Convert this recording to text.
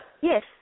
Yes